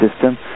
system